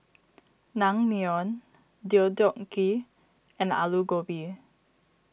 Naengmyeon Deodeok Gui and Alu Gobi